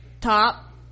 top